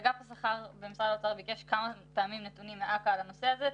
אגף השכר במשרד האוצר ביקש כמה פעמים נתונים מאכ"א בנושא הזה,